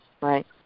right